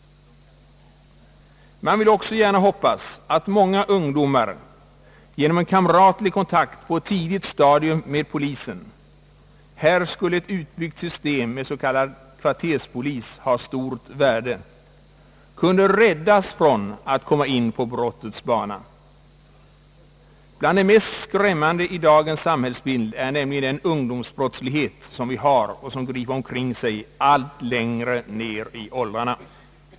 Man vill också gärna hoppas att många ungdomar genom en kamratlig kontakt på ett tidigt stadium med polisen — här skulle ett utbyggt system med s.k. kvarterspolis ha stort värde — kunde räddas från att komma in på brottets bana. Till det mest skrämmande i dagens samhälle hör nämligen den ungdomsbrottslighet som griper omkring sig allt längre ner i åldrarna.